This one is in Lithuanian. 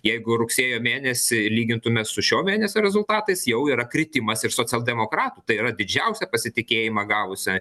jeigu rugsėjo mėnesį lygintume su šio mėnesio rezultatais jau yra kritimas ir socialdemokratų tai yra didžiausia pasitikėjimą gavusią